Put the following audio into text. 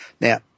Now